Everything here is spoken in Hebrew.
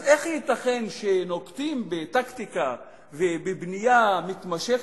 אז איך ייתכן שנוקטים טקטיקה ובנייה מתמשכת,